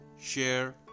share